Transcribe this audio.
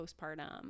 postpartum